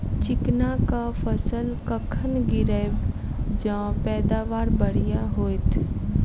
चिकना कऽ फसल कखन गिरैब जँ पैदावार बढ़िया होइत?